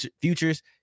futures